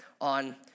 on